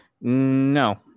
no